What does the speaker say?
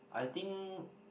I think